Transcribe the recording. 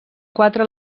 quatre